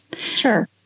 Sure